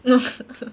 no